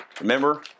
remember